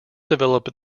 develop